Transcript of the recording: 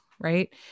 Right